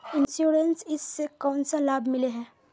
Insurance इस से कोन सा लाभ मिले है?